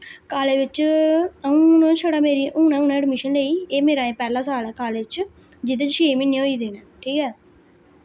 college बिच्च अ'ऊं हून छड़ा मेरी हूनै हूनै एडमिशन लेई एह् मेरा अजें पैह्ला साल ऐ कालेज च जेह्दे च छे म्हीने होई दे न ठीक ऐ